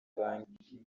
banki